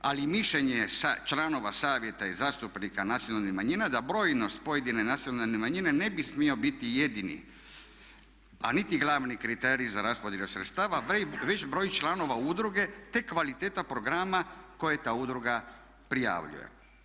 Ali i mišljenje članova Savjeta i zastupnika nacionalnih manjina, da brojnost pojedine nacionalne manjine ne bi smio biti jedini, a niti glavni kriterij za raspodjelu sredstava već broj članova udruge, te kvaliteta programa koje ta udruga prijavljuje.